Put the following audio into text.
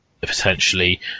potentially